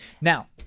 Now